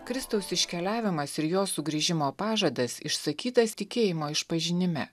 kristaus iškeliavimas ir jo sugrįžimo pažadas išsakytas tikėjimo išpažinime